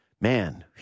man